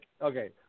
okay